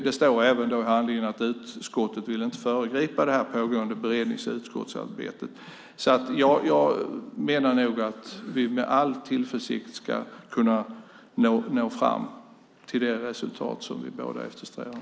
Det står även i handlingen att utskotten inte vill föregripa denna pågående beredning i utskottsarbetet. Jag menar nog att vi med all tillförsikt ska kunna nå fram till det resultat vi båda eftersträvar.